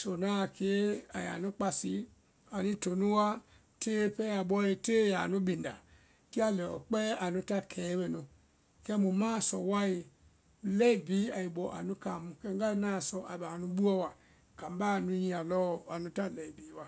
sunaá a kee aiya nu kpasi, anu to nu wa tee pɛɛ a bɔe tee ya a nu binda, kɛ a lɛiɔ kpɛɛ anu ta keŋɛ mɛnu, kɛ mu ma a sɔ wae lɛi bhí ai bɔ anu kaŋmu, kɛ ŋgai ŋna a sɔ a bɛ anu buɔ wa kambá a nu nyia lɔɔ nu ta lɛi bhí wa.